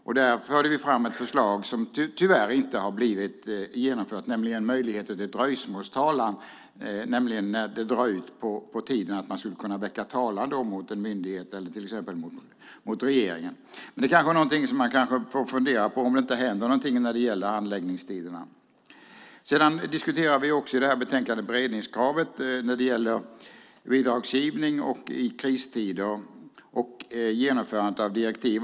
Vi förde fram ett förslag som tyvärr inte har blivit genomfört, nämligen möjligheten till dröjsmålstalan, alltså att man skulle kunna väcka talan mot en myndighet eller mot regeringen när ett ärende drar ut på tiden. Det är någonting som man kanske får fundera på ifall det inte händer något när det gäller handläggningstiderna. I betänkandet diskuterar vi även beredningskravet när det gäller bidragsgivning och beredningskravet i kristider samt genomförandet av direktiv.